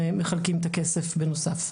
ומחלקים את הכסף בנוסף.